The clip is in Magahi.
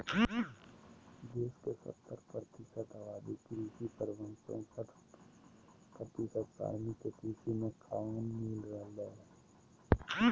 देश के सत्तर प्रतिशत आबादी कृषि पर, वहीं चौसठ प्रतिशत श्रमिक के कृषि मे काम मिल रहल हई